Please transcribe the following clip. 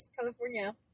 California